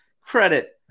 credit